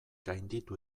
gainditu